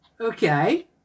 okay